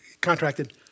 contracted